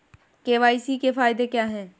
KYC के फायदे क्या है?